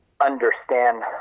understand